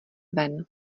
ven